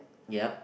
ya